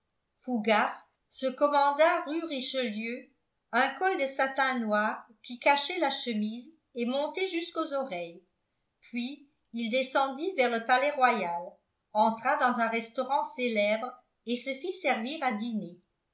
fougas se commanda rue richelieu un col de satin noir qui cachait la chemise et montait jusqu'aux oreilles puis il descendit vers le palais-royal entra dans un restaurant célèbre et se fit servir à dîner